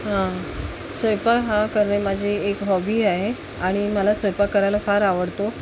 हं स्वयपाक हा करणे माझी एक हॉबी आहे आणि मला स्वयंपाक करायला फार आवडतो